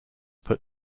put